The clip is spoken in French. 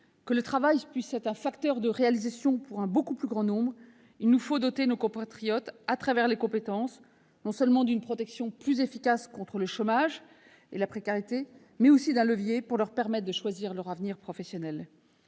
que le travail puisse être facteur de réalisation pour le plus grand nombre, il nous faut doter nos compatriotes, à travers les compétences, non seulement d'une protection plus efficace contre le chômage et la précarité, mais aussi d'un véritable levier pour leur permettre choisir leur avenir professionnel.